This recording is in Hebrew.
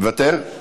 מוותר?